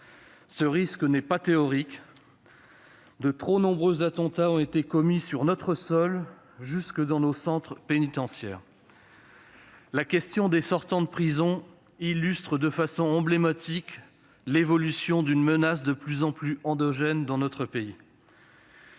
Ce risque n'est pas théorique : de trop nombreux attentats ont été commis sur notre sol, jusque dans nos centres pénitentiaires. La question des sortants de prison illustre de façon emblématique l'évolution d'une menace de plus en plus endogène dans notre pays.